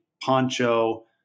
Poncho